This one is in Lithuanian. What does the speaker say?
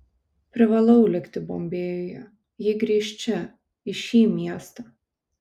privalau likti bombėjuje ji grįš čia į šį miestą